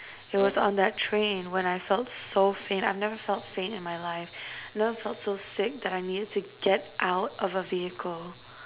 it was on that train when I felt so faint I've never felt faint in my life I've never felt so sick that I needed to get out of a vehicle